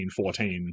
14